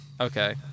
Okay